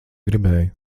gribēju